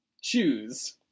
Choose